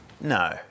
no